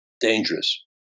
dangerous